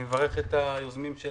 אני מברך את היוזמים של